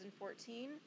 2014